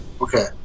Okay